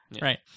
Right